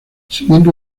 siguiendo